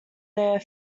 their